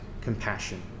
compassion